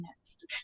next